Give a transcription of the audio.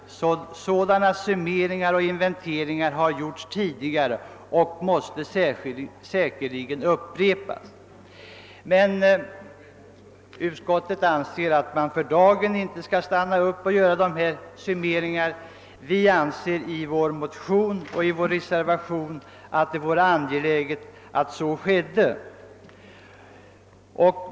Sådana summeringar och inventeringar har gjorts tidigare och måste säkerligen upprepas.» Utskottet anser emellertid att man för dagen inte bör stanna upp och göra dessa summeringar. Vi uttalar i vår motion och i vår reservation att det är angeläget att så sker.